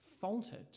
faltered